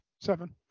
Seven